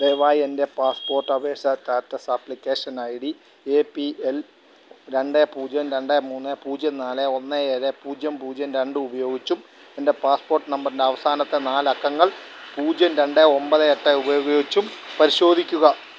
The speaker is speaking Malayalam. ദയവായി എൻ്റെ പാസ്പോർട്ട് അപേക്ഷാ status application I D A P L രണ്ട് പൂജ്യം രണ്ട് മൂന്ന് പൂജ്യം നാല് ഒന്ന് ഏഴ് പൂജ്യം പൂജ്യം രണ്ട് ഉപയോഗിച്ചും എൻ്റെ പാസ്പോർട്ട് നമ്പറിൻ്റെ അവസാനത്തെ നാല് അക്കങ്ങൾ പൂജ്യം രണ്ട് ഒമ്പത് എട്ട് ഉപയോഗിച്ചും പരിശോധിക്കുക